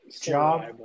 job